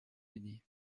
unis